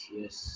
yes